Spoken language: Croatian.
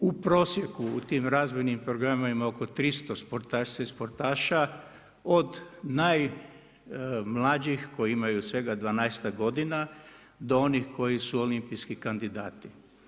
U prosjeku u tim razvojnim programima ima oko 300 sportašica i sportaša od najmlađih koji imaju svega dvanaestak godina do onih koji su olimpijski kandidati.